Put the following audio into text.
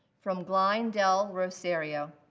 from glynne del rosario